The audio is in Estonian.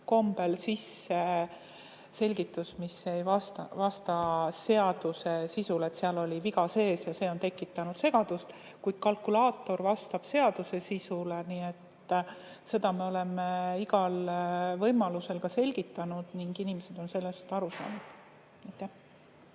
kombel sisse selgitus, mis ei vasta seaduse sisule. Seal oli viga sees ja see on tekitanud segadust, kuid kalkulaator vastab seaduse sisule. Seda me oleme igal võimalusel ka selgitanud ning inimesed on sellest aru saanud.